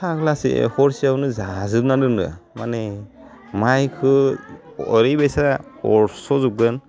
फाग्लासो हरसेयावनो जाजोबना दोनो माने मायखौ ओरैबायसा अरस' जोबगोन